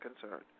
concerned